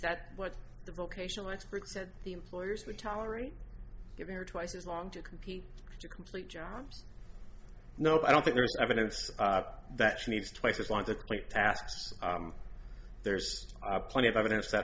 that what the vocational expert said the employers would tolerate giving her twice as long to compete to complete jobs no i don't think there's evidence that she needs twice as long to complete tasks there's plenty of evidence that